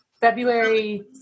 february